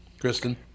Kristen